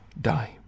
die